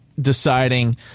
Deciding